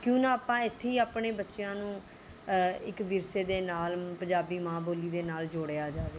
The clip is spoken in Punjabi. ਕਿਉਂ ਨਾ ਆਪਾਂ ਇੱਥੇ ਹੀ ਆਪਣੇ ਬੱਚਿਆਂ ਨੂੰ ਇੱਕ ਵਿਰਸੇ ਦੇ ਨਾਲ ਪੰਜਾਬੀ ਮਾਂ ਬੋਲੀ ਦੇ ਨਾਲ ਜੋੜਿਆ ਜਾਵੇ